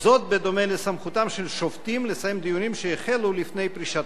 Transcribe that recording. בדומה לסמכותם של שופטים לסיים דיונים שהחלו לפני פרישתם.